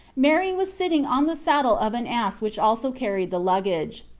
mary was sitting on the saddle of an ass which also carried the luggage.